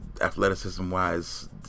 Athleticism-wise